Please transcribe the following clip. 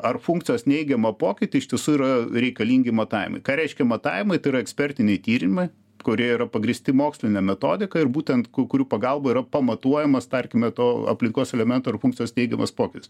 ar funkcijos neigiamą pokytį iš tiesų yra reikalingi matavimai ką reiškia matavimai tai yra ekspertiniai tyrimai kurie yra pagrįsti moksline metodika ir būtent ku kurių pagalba yra pamatuojamas tarkime to aplinkos elemento ar funkcijos neigiamas pokytis